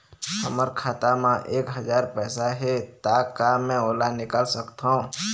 हमर खाता मा एक हजार पैसा हे ता का मैं ओला निकाल सकथव?